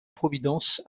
providence